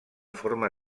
forma